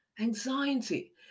anxiety